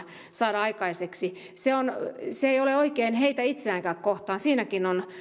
saada aikaiseksi nykytilanne ei ole oikein heitä itseäänkään kohtaan siinäkin on